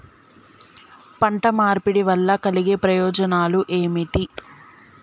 పంట మార్పిడి వల్ల కలిగే ప్రయోజనాలు ఏమిటి?